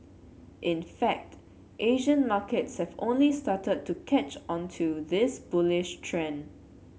in fact Asian markets have only started to catch on to this bullish trend